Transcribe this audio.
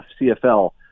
CFL